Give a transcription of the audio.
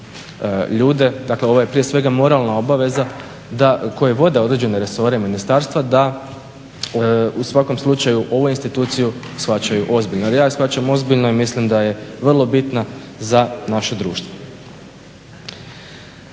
ljude, dakle ovo je prije svega moralna obveza da koje god određene resore ministarstva da u svakom slučaju ovu instituciju shvaćaju ozbiljno, jer ja je shvaćam ozbiljno i mislim da je vrlo bitna za naše društvo.